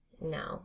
No